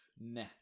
Nah